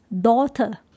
daughter